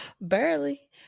barely